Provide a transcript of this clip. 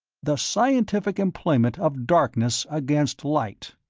the scientific employment of darkness against light.